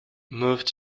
moved